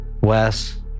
Wes